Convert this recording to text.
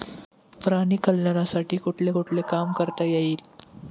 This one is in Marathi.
प्राणी कल्याणासाठी कुठले कुठले काम करता येईल?